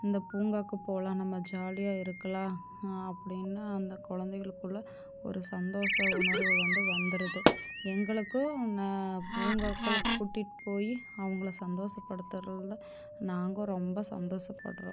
இந்த பூங்காவுக்குப் போகலாம் நம்ம ஜாலியாக இருக்கலாம் அப்படினு அந்த குழந்தைகளுக்குள்ள ஒரு சந்தோஷ உணர்வு வந்து வந்துடுது எங்களுக்கும் பூங்காக்களுக்கு கூட்டிகிட்டு போய் அவங்களை சந்தோஷப்படுத்துறதில் தான் நாங்கள் ரொம்ப சந்தோஷப்படுகிறோம்